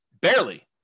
Barely